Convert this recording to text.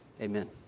Amen